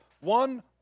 One